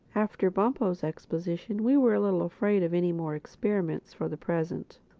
after bumpo's exhibition we were a little afraid of any more experiments for the present.